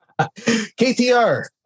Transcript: KTR